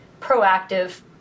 proactive